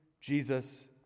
Jesus